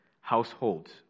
households